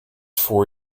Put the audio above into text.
four